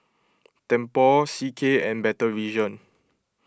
Tempur C K and Better Vision